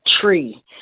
tree